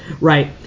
right